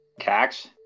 Cax